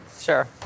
Sure